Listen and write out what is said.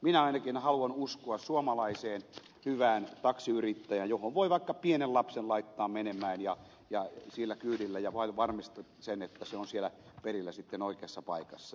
minä ainakin haluan uskoa suomalaiseen hyvään taksiyrittäjään jolle voi vaikka pienen lapsen laittaa menemään sillä kyydillä ja varmistaa sen että se on siellä perillä sitten oikeassa paikassa